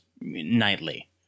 nightly